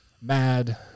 mad